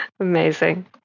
Amazing